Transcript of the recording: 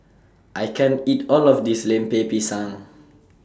I can't eat All of This Lemper Pisang